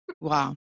Wow